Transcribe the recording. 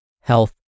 health